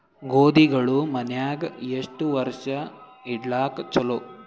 ಗೋಧಿಗಳು ಮನ್ಯಾಗ ಎಷ್ಟು ವರ್ಷ ಇಡಲಾಕ ಚಲೋ?